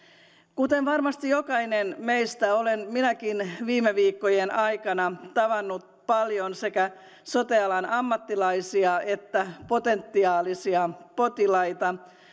kuten varmasti jokainen meistä olen minäkin viime viikkojen aikana tavannut paljon sekä sote alan ammattilaisia että potentiaalisia potilaita